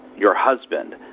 your husband,